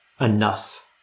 enough